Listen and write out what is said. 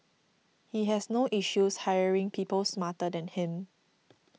he has no issues hiring people smarter than him